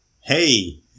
hey